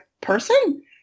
person